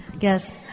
Yes